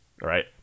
right